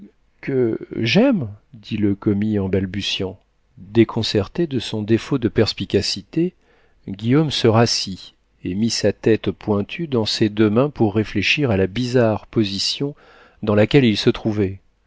que j'aime dit le commis en balbutiant déconcerté de son défaut de perspicacité guillaume se rassit et mit sa tête pointue dans ses deux mains pour réfléchir à la bizarre position dans laquelle il se trouvait